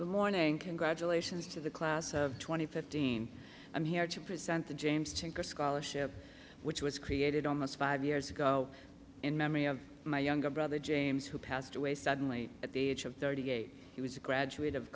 good morning congratulations to the class of two thousand and fifteen i'm here to present the james tinker scholarship which was created almost five years ago in memory of my younger brother james who passed away suddenly at the age of thirty eight he was a graduate of